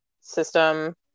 system